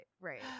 right